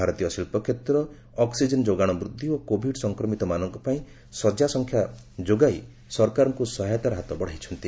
ଭାରତୀୟ ଶିଳ୍ପକ୍ଷେତ୍ର ଅକ୍ନିଜେନ ଯୋଗାଣ ବୃଦ୍ଧି ଓ କୋବିଡ ସଂକ୍ରମିତମାନଙ୍କ ପାଇଁ ଶଯ୍ୟା ସଂଖ୍ୟା ଯୋଗାଇ ସରକାରଙ୍କୁ ସହାୟତାର ହାତ ବଢ଼ାଇଛନ୍ତି